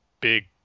big